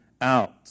out